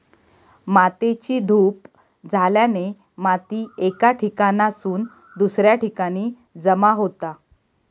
मातेची धूप झाल्याने माती एका ठिकाणासून दुसऱ्या ठिकाणी जमा होता